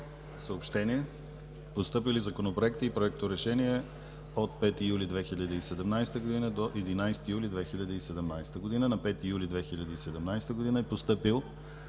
Постъпили законопроекти и проекторешения от 5 юли 2017 г. до 11 юли 2017 г.: На 5 юли 2017 г. е постъпил